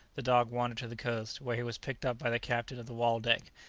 the dog wandered to the coast, where he was picked up by the captain of the waldeck,